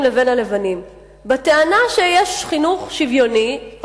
לבין הלבנים בטענה שיש חינוך שוויוני,